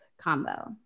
combo